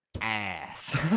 ass